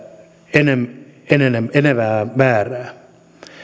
enenevää enenevää määrää